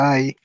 Bye